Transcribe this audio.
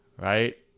right